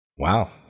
Wow